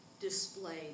displayed